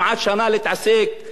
האם לפטר את העובדים?